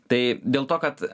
tai dėl to kad